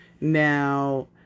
Now